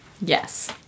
yes